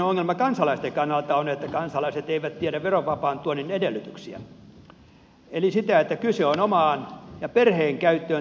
keskeinen ongelma kansalaisten kannalta on että kansalaiset eivät tiedä verovapaan tuonnin edellytyksiä eli sitä että kyse on omaan ja perheen käyttöön tarkoitetuista juomista